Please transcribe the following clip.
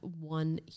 one